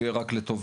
זה יהיה רק לטובה,